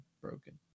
broken